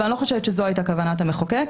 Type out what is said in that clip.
ואני לא חושבת שזו הייתה כוונת המחוקק.